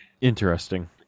interesting